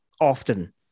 often